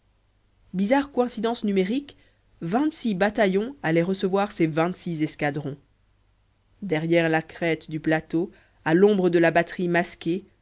bizarre coïncidence numérique vingt-six bataillons allaient recevoir ces vingt-six escadrons derrière la crête du plateau à l'ombre de la batterie masquée